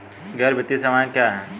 गैर वित्तीय सेवाएं क्या हैं?